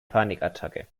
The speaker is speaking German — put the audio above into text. panikattacke